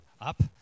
up